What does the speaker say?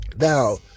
Now